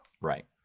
right